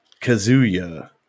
Kazuya